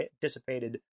dissipated